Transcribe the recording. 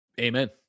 Amen